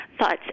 thoughts